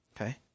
Okay